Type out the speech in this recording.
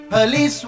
Police